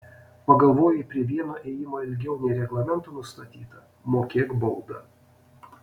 pagalvojai prie vieno ėjimo ilgiau nei reglamento nustatyta mokėk baudą